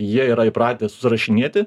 jie yra įpratę surašinėti